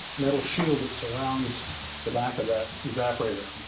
metal shield that surrounds the back of that evaporator,